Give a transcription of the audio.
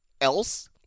else